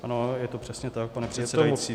Ano, je to přesně tak, pane předsedající.